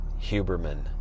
Huberman